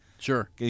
Sure